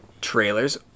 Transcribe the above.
trailers